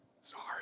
sorry